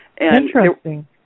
Interesting